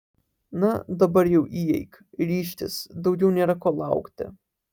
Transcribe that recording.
na dabar jau įeik ryžkis daugiau nėra ko laukti